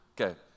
Okay